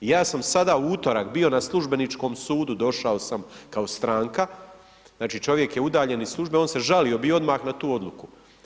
I ja sam sada u utorak bio na Službeničkom sudu, došao sam kao stranka, znači čovjek je udaljen iz službe, on se žalio odmah bio na tu odluku.